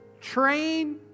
train